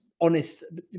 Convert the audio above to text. honest